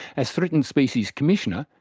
as threatened species commissioner,